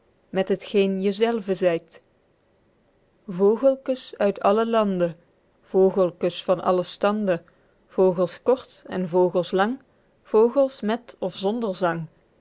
met het geen je zelve zyt vogelkes uit allen lande vogelkes van allen stande vogels kort en vogels lang vogels met of zonder